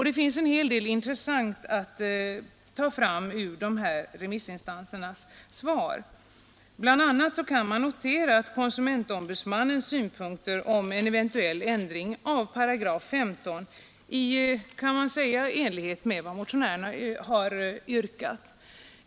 Det finns en hel del av intresse i remissinstansernas svar; bl.a. kan man notera att konsumentombudsmannens synpunkter på en eventuell ändring av 15 §8 läkemedelsförordningen i stort sett överensstämmer med motionärernas krav.